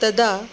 तदा